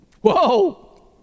Whoa